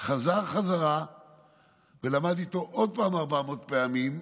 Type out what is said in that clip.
חזר חזרה ולמד איתו עוד פעם 400 פעמים,